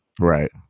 right